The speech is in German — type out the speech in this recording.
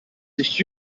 sich